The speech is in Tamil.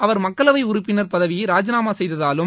அவர் மக்களவை உறுப்பினர் பதவியை ராஜினாமா செய்ததாலும்